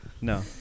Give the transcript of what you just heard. No